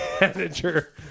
manager